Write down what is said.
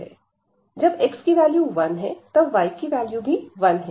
जब x की value 1 है तब y की वैल्यू भी 1 है